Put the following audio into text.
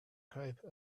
cape